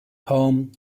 poem